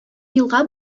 елга